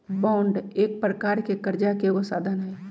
bond एक प्रकार से करजा के एगो साधन हइ